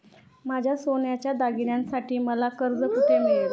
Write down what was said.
माझ्या सोन्याच्या दागिन्यांसाठी मला कर्ज कुठे मिळेल?